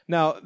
Now